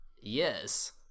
yes